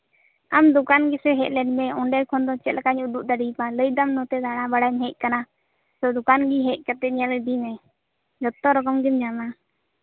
ᱟᱢ ᱫᱚᱠᱟᱱ ᱜᱮᱥᱮ ᱦᱮᱡ ᱞᱮᱱᱢᱮ ᱚᱱᱰᱮ ᱠᱷᱚᱱ ᱫᱚ ᱪᱮᱫ ᱞᱮᱠᱟᱧ ᱩᱫᱩᱜ ᱫᱟᱲᱮᱭᱟᱢᱟ ᱞᱟᱹᱭ ᱮᱫᱟᱢ ᱱᱚᱛᱮ ᱫᱟᱲᱟ ᱵᱟᱲᱟᱧ ᱦᱮᱡ ᱠᱟᱱᱟ ᱛᱳ ᱫᱚᱠᱟᱱ ᱧᱮᱞ ᱤᱫᱤ ᱢᱮ ᱡᱷᱚᱛᱚ ᱨᱚᱠᱚᱢ ᱜᱮᱢ ᱧᱟᱢᱟ